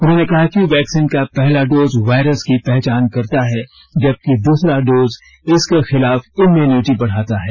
उन्होंने कहा कि वैक्सीन का पहला डोज वायरस की पहचान करता है जबकि दूसरा डोज इसके खिलाफ इम्यूनिटी बढ़ाता है